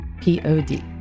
P-O-D